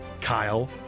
Kyle